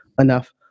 enough